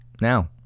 Now